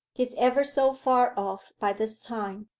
he's ever so far off by this time.